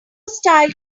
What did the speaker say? style